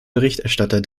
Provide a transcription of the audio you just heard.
berichterstatter